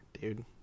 dude